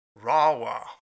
RAWA